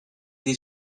des